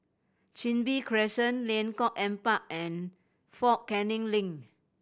Chin Bee Crescent Lengkong Empat and Fort Canning Link